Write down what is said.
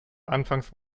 anfangs